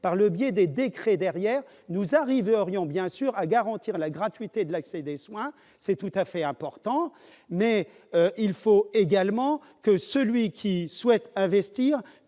par le biais des décrets derrière nous arriverions bien sûr à garantir la gratuité de l'accès des soins, c'est tout à fait important mais il faut également que celui qui souhaite investir